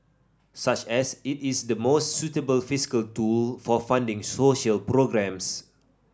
such as it is the most suitable fiscal tool for funding social programmes